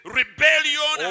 rebellion